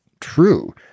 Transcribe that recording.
true